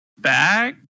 back